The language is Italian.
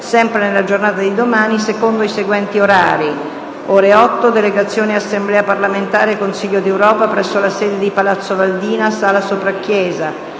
sempre nella giornata di domani, secondo i seguenti orari: - ore 8, delegazione Assemblea parlamentare Consiglio d'Europa, presso la sede di Palazzo Valdina, Sala Soprachiesa;